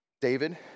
David